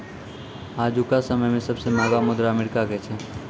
आजुका समय मे सबसे महंगा मुद्रा अमेरिका के छै